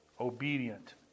obedient